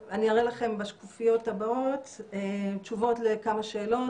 אני אראה לכם בשקופיות הבאות תשובות לכמה שאלות